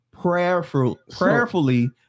Prayerfully